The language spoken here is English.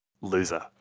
loser